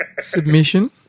Submission